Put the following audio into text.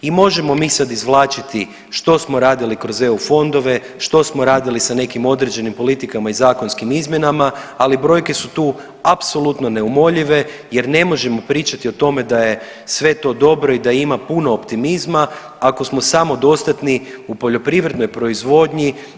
I možemo mi sada izvlačiti što smo radili kroz EU fondove, što smo radili sa nekim određenim politikama i zakonskim izmjenama, ali brojke su tu apsolutno neumoljive jer ne možemo pričati o tome da je sve to dobro i da ima puno optimizma ako smo samodostatni u poljoprivrednoj proizvodnji.